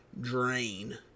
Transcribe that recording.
Drain